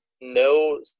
no